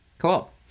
cool